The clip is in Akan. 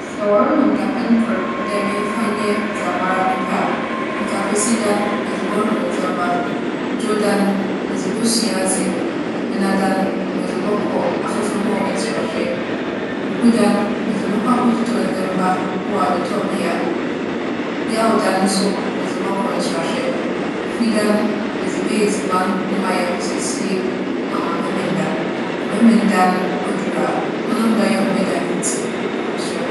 Sɛ wͻroma me dapɛn kor sɛ memfa nyɛ dza mara mepɛ a, nka Kwesida no, medze bͻhor ndzɛmba. Dwowda no, medze bosua adze. Benada no, medze bͻkͻ afofor hͻ nserahwɛ. Wukuda no, medze bͻkͻ akͻtotͻ ndzɛmba wͻ adzetͻbea. Yawda no so, medze bͻkͻ nserahwɛ. Fida no, medze bɛyɛ edziban na maayɛ ahosiesie ama Memenda. Na Memenda no, odur a, ͻnam dɛ ͻyɛ homeda no ntsi, maakͻ asͻr.